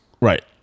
Right